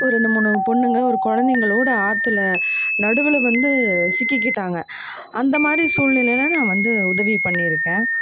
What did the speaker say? ஒரு ரெண்டு மூணு பொண்ணுங்க ஒரு குழந்தைங்களோட ஆற்றுல நடுவில் வந்து சிக்கிக்கிட்டாங்க அந்தமாதிரி சூழ்நிலலாம் நான் வந்து உதவி பண்ணியிருக்கேன்